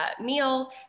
meal